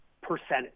percentage